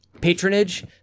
patronage